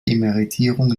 emeritierung